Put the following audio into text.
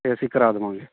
ਅਤੇ ਅਸੀਂ ਕਰਾਂ ਦਵਾਂਗੇ